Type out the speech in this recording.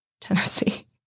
Tennessee